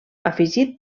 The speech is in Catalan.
afegit